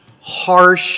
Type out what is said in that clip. harsh